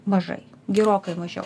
mažai gerokai mažiau